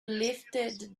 lifted